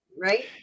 right